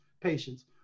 patients